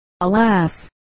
alas